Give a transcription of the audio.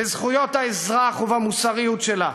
בזכויות האזרח ובמוסריות שלה.